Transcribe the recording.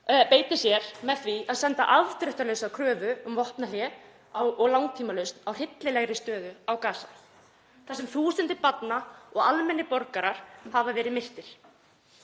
beitir sér fyrir því að senda afdráttarlausa kröfu um vopnahlé og langtímalausn á hryllilegri stöðu á Gaza þar sem þúsundir barna og almennir borgarar hafa verið myrt.